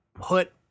put